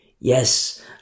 yes